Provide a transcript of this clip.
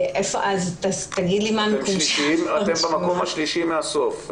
אתם במקום השלישי מהסוף.